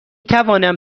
توانم